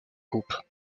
groupe